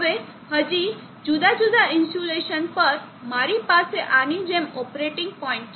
હવે હજી જુદા જુદા ઇન્સ્યુલેશન પર મારી પાસે આની જેમ ઓપરેટિંગ પોઇન્ટ છે